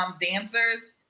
dancers